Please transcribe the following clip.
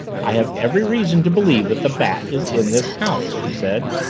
i have every reason to believe that the bat is in this house, she said.